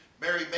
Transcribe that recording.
Mary